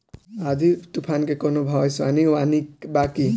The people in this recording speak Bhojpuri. आँधी तूफान के कवनों भविष्य वानी बा की?